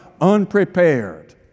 unprepared